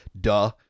duh